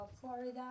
Florida